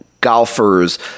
golfers